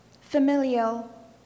familial